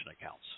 accounts